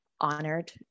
honored